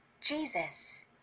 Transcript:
Jesus